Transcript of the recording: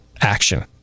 action